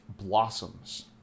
blossoms